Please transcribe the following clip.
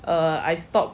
err I stop